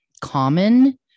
common